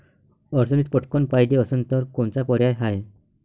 अडचणीत पटकण पायजे असन तर कोनचा पर्याय हाय?